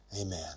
Amen